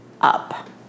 up